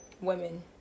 women